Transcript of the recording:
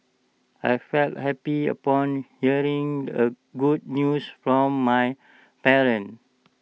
I felt happy upon hearing the good news from my parents